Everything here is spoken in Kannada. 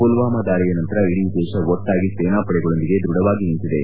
ಪುಲ್ವಾಮಾ ದಾಳಿಯ ನಂತರ ಇಡೀ ದೇಶ ಒಟ್ಟಾಗಿ ಸೇನಾಪಡೆಗಳೊಂದಿಗೆ ದೃಢವಾಗಿ ನಿಂತಿದೆ